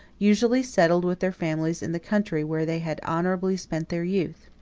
usually settled with their families in the country, where they had honorably spent their youth.